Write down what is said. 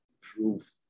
proof